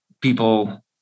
people